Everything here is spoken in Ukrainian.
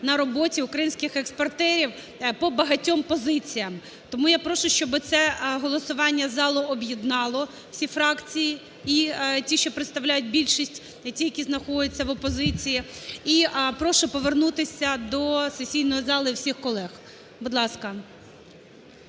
на роботі українських експортерів по багатьох позиціях. Тому я прошу, щоб це голосування залу об'єднало всі фракції, і ті, що представляють більшість, і ті, які знаходяться в опозиції. І прошу повернутися до сесійної зали всіх колег. Будь ласка.